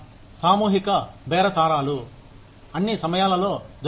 సామూహిక బేరసారాలు అన్ని అన్ని సమయాలలో జరుగుతాయి